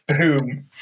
boom